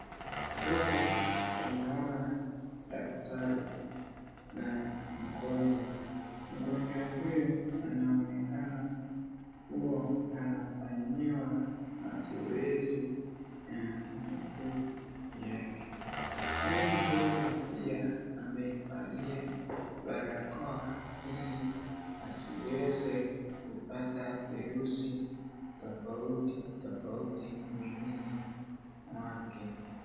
Huku, tunaona, daktari, na mgonjwa, mgonhwa huyu, anaonekana kuwa, anafanyiwa, masoezi, ya muguu yake, huyu mgonjwa pia, ameivalia, barakoa, ili, asiweze, kupata firusi, tofauti, tofauti, mwilini, mwake.